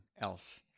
else